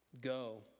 go